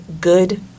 good